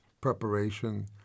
preparation